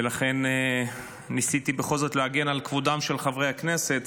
ולכן ניסיתי בכל זאת להגן על כבודם של חברי הכנסת